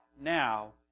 now